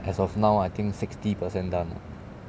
as of now I think sixty percent done ah